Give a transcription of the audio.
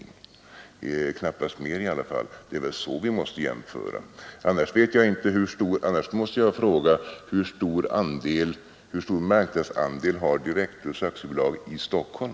Det blir kanppast mer i alla fall. Det är så vi måste jämföra. Annars måste jag fråga: Hur stor marknadsandel har Direktus AB i Stockholm?